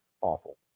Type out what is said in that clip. awful